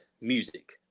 music